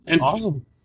Awesome